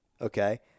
Okay